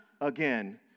again